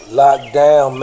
lockdown